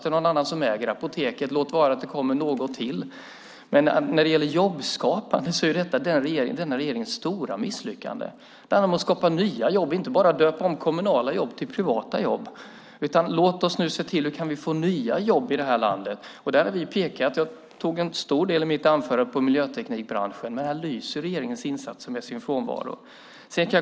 Det är någon annan som äger apoteket, låt vara att det kommer till något. När det gäller jobbskapande är detta ett av denna regerings stora misslyckanden. Det handlar om att skapa nya jobb, inte bara döpa om kommunala jobb till privata. Låt oss nu se efter hur vi kan få nya jobb i det här landet. Jag använde en stor del av mitt anförande åt att tala om miljöteknikbranschen, men där lyser regeringens insatser med sin frånvaro.